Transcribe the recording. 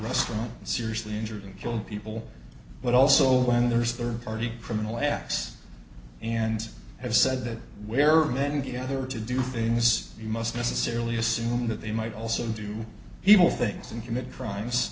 restaurant seriously injured and killed people but also when there's third party criminal acts and have said where are many other to do things you must necessarily assume that they might also do evil things and commit crimes